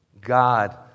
God